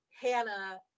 hannah